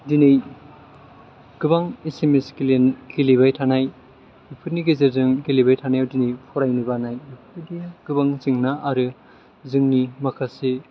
दिनै गोबां S M S गेलेबाय थानाय बेफोरनि गेजेरजों गेलेबाय थानायाव दिनै फरायनो बानाय गोबां जेंना आरो जोंनि माखासे